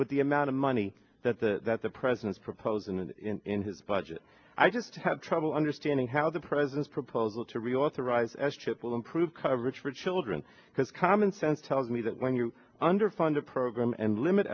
with the amount of money that the that the president's proposing and in his budget i just have trouble understanding how the president's proposal to reauthorize s chip will improve coverage for children because common sense tells me that when you're under funded program and limit